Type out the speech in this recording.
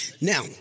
Now